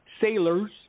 sailors